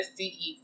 SDE